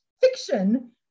fiction